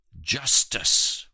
justice